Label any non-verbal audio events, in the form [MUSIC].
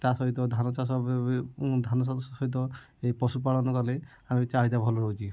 ତା ସହିତ ଧାନ ଚାଷ ବି ଧାନ ଚାଷ ସହିତ ଏହି ପଶୁ ପାଳନ କଲେ [UNINTELLIGIBLE] ଚାହିଦା ଭଲ ରହୁଛି